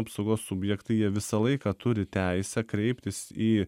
apsaugos subjektai jie visą laiką turi teisę kreiptis į